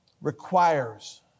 requires